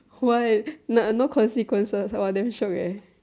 what no no consequences !wah! damn shiok eh